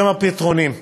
לכם הפתרונים.